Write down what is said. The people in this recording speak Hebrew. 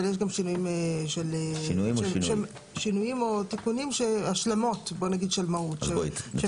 אבל יש גם שינויים או תיקונים שהם כן מהותיים.